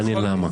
מעניין למה.